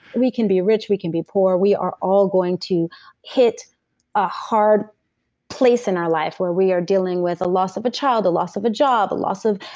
we can be rich, we can be poor we are all going to hit a hard place in our life, where we are dealing with a loss of a child a loss of a job, a loss of,